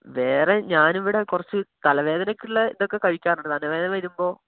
വേറെ ഞാനിവിടെ കുറച്ച് തല വേദനയ്ക്കുള്ള ഇതൊക്കെ കഴിക്കാറുണ്ട് തലവേദന വരുമ്പോൾ